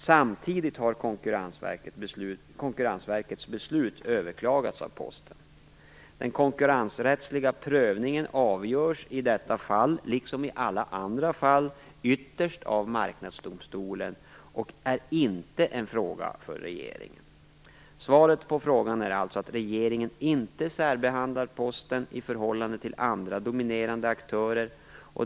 Samtidigt har Konkurrensverkets beslut överklagats av Posten. Den konkurrensrättsliga prövningen avgörs i detta fall liksom i alla andra fall ytterst av Marknadsdomstolen, och den är inte en fråga för regeringen. Svaret på frågan är alltså att regeringen inte särbehandlar Posten i förhållande till andra dominerande aktörer.